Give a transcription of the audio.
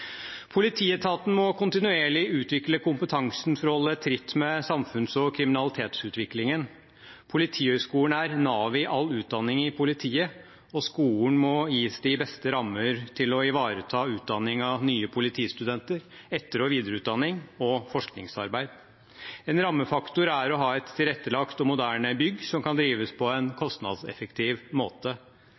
Politietaten må kontinuerlig utvikle kompetansen for å holde tritt med samfunns- og kriminalitetsutviklingen. Politihøgskolen er navet i all utdanning i politiet, og skolen må gis de beste rammer til å ivareta utdanning av nye politistudenter, etter- og videreutdanning og forskningsarbeid. En rammefaktor er å ha et tilrettelagt og moderne bygg som kan drives på en kostnadseffektiv måte.